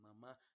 Mama